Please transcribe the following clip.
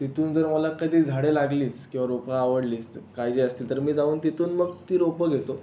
तिथून जर मला कधी झाडं लागलीच किंवा रोपं आवडलीच तर काय जे असतील तर मी जाऊन तिथून मग ती रोपं घेतो